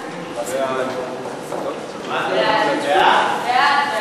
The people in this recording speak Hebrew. ההצעה לכלול את הנושא בסדר-היום של הכנסת